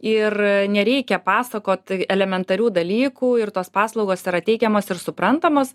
ir nereikia pasakot elementarių dalykų ir tos paslaugos yra teikiamos ir suprantamos